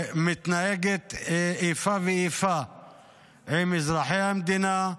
עושה איפה ואיפה עם אזרחי המדינה,